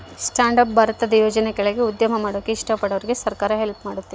stand up ಭಾರತದ ಯೋಜನೆ ಕೆಳಾಗ ಉದ್ಯಮ ಮಾಡಾಕ ಇಷ್ಟ ಪಡೋರ್ಗೆ ಸರ್ಕಾರ ಹೆಲ್ಪ್ ಮಾಡ್ತತೆ